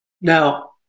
Now